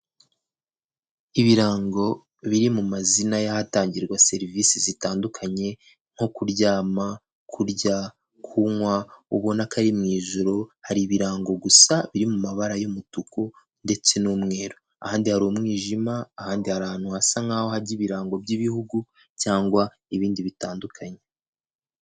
ibirango biri mu mazina y'ahatangirwa serivisi zitandukanye nko kuryama, kurya, kunywa ubona akari mu ijoro, hari ibirango gusa biri mu mabara y'umutuku ndetse n'umweru, ahandi hari umwijima ahandi HARI ahantutu hasa nk'aho hajya ibirango by'ibihugu cyangwa ibindi bitandukanye.